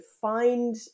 find